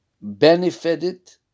benefited